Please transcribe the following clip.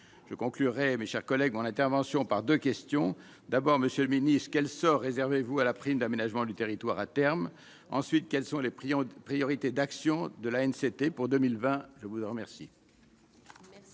je conclurai mes chers collègues, mon intervention par 2 questions : d'abord, Monsieur le Ministre, qu'elle sort réservez-vous à la prime d'aménagement du territoire, à terme, ensuite, quels sont les prix en priorité d'action de l'ANC était pour 2020, je vous en remercie.